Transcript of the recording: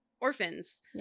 orphans